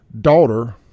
daughter